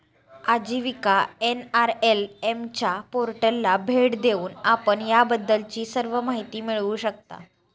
आजीविका एन.आर.एल.एम च्या पोर्टलला भेट देऊन आपण याबद्दलची सर्व माहिती मिळवू शकता